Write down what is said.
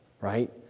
right